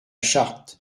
charte